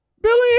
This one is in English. Billy